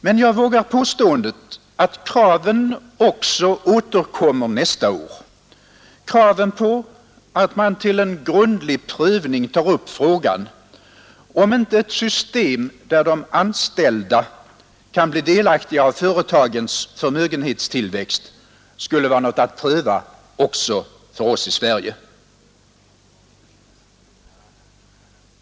Men jag vågar påstå att kraven ändå återkommer nästa år, kraven på att man till grundlig prövning tar upp frågan om inte ett system, där de anställda kan bli delaktiga av företagens förmögenhetstillväxt, skulle vara något att pröva också för oss i Sverige.